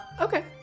Okay